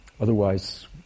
otherwise